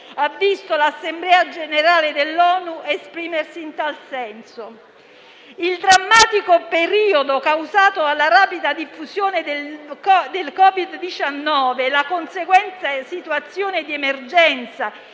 ha visto l'Assemblea generale dell'ONU esprimersi in tal senso. Il drammatico periodo causato dalla rapida diffusione del Covid-19 e la conseguente situazione di emergenza